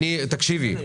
תקשיבי,